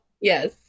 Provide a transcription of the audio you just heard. Yes